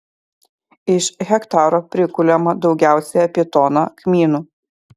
iš hektaro prikuliama daugiausiai apie toną kmynų